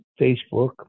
Facebook